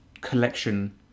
collection